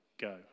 go